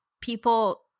People